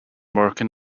working